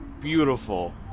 beautiful